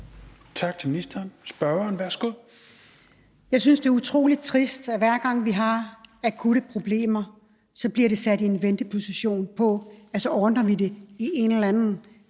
Tak til ministeren. Spørgeren, værsgo. Kl. 13:36 Liselott Blixt (DF): Jeg synes, det er utrolig trist, at hver gang vi har akutte problemer, bliver de sat i en venteposition, og så ordner vi det med en eller anden